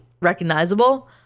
recognizable